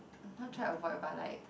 not try avoid but like